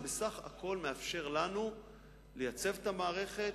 זה בסך הכול מאפשר לנו לייצב את המערכת,